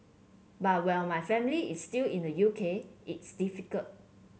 but while my family is still in the U K it's difficult